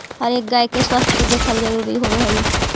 हर एक गाय के स्वास्थ्य के देखभाल जरूरी होब हई